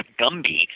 Gumby